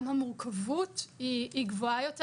גם המורכבות היא גבוהה יותר,